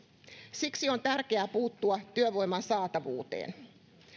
siksi on tärkeää puuttua työvoiman saatavuuteen